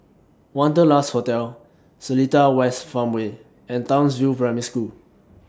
Wanderlust Hotel Seletar West Farmway and Townsville Primary School